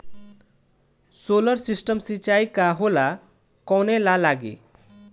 Solar system सिचाई का होला कवने ला लागी?